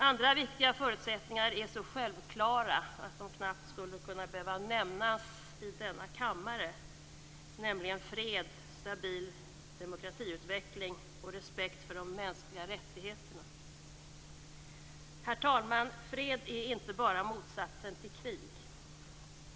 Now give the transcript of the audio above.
Andra viktiga förutsättningar är så självklara att de knappt skulle behöva nämnas i denna kammare, nämligen fred, stabil demokratiutveckling och respekt för de mänskliga rättigheterna. Herr talman! Fred är inte bara motsatsen till krig.